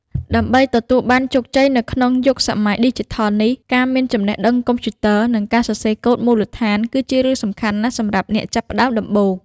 ដើម្បីទទួលបានជោគជ័យនៅក្នុងយុគសម័យឌីជីថលនេះ ការមានចំណេះដឹងកុំព្យូទ័រ និងការសរសេរកូដមូលដ្ឋានគឺជារឿងសំខាន់ណាស់សម្រាប់អ្នកចាប់ផ្តើមដំបូង។